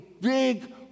big